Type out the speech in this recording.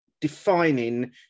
defining